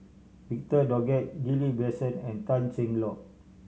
Victor Doggett Ghillie Basan and Tan Cheng Lock